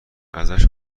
ازش